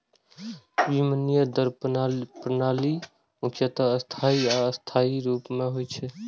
विनिमय दर प्रणाली मुख्यतः स्थायी आ अस्थायी रूप मे होइ छै